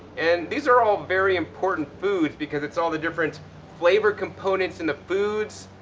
and these are all very important foods because it's all the different flavor components in the foods,